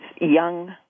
young